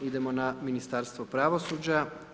Idemo na Ministarstvo pravosuđa.